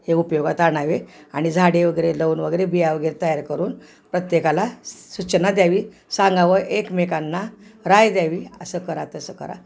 हे उपयोगात आणावे आणि झाडे वगैरे लावून वगैरे बिया वगैरे तयार करून प्रत्येकाला सूचना द्यावी सांगावं एकमेकांना राय द्यावी असं करा तसं करा